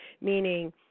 meaning